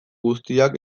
guztiak